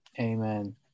Amen